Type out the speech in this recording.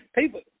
people